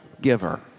giver